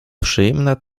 przyjemna